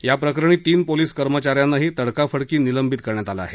या प्रकरणी तीन पोलिस कर्मचाऱ्यांनाही तडकाफडकी निलंबित करण्यात आलं आहे